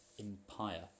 empire